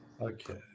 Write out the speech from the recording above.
okay